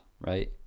right